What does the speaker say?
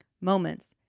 moments